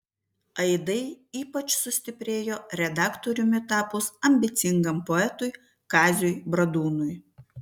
aidai ypač sustiprėjo redaktoriumi tapus ambicingam poetui kaziui bradūnui